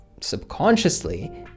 subconsciously